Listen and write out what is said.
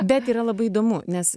bet yra labai įdomu nes